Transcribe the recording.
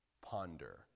ponder